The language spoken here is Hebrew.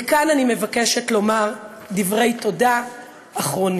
וכאן אני מבקשת לומר דברי תודה אחרונים,